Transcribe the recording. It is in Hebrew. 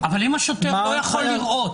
נניח שהשוטר לא יכול לראות.